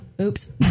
oops